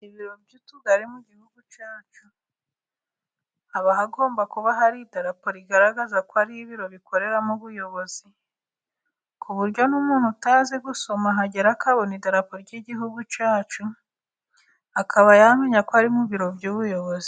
Ibiro by'utugari mu gihugu cyacu, haba hagomba kuba hari idarapo rigaragaza ko ari ibiro bikoreramo ubuyobozi. Kuburyo n'umuntu utazi gusoma ahagera, akabona idarapo ry'igihugu cyacu, akaba yamenya ko ari mu ibiro by'ubuyobozi.